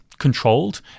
controlled